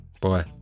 Bye